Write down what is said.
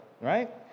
right